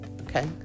Okay